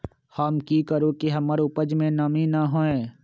हम की करू की हमर उपज में नमी न होए?